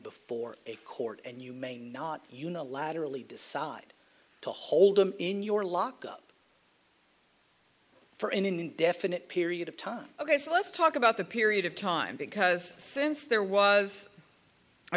before a court and you may not unilaterally decide to hold them in your lockup for an indefinite period of time ok so let's talk about the period of time because since there was a